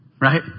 Right